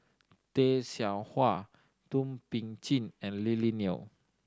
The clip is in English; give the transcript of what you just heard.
Tay Seow Huah Thum Ping Tjin and Lily Neo